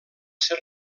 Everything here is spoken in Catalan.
ser